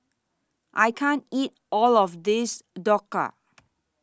I can't eat All of This Dhokla